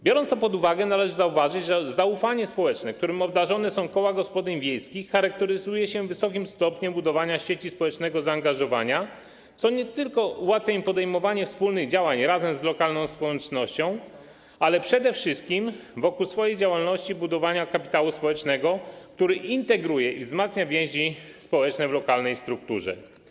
Biorąc to pod uwagę, należy zauważyć, że zaufanie społeczne, którym obdarzane są koła gospodyń wiejskich, charakteryzuje się wysokim stopniem budowania sieci społecznego zaangażowania, co nie tylko ułatwia im podejmowanie wspólnych działań razem z lokalną społecznością, ale przede wszystkim ułatwia im budowanie wokół swojej działalności kapitału społecznego, który integruje i wzmacnia więzi społeczne w lokalnej strukturze.